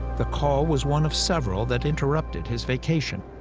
the call was one of several that interrupted his vacation.